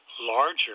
larger